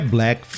Black